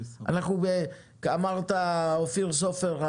אופיר סופר,